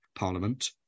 Parliament